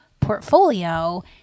portfolio